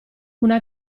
una